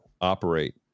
operate